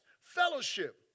fellowship